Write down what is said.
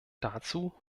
dazu